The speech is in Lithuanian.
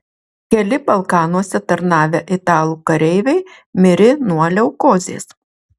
keli balkanuose tarnavę italų kareiviai mirė nuo leukozės